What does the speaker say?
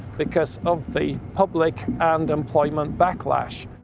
because of the public and employment backlash.